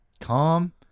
Calm